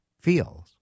feels